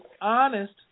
honest